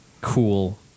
cool